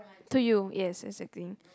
to you yes exactly